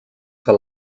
for